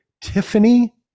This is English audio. TIFFANY